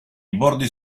bordi